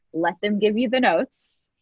let them give you the notes.